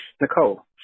Nicole